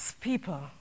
people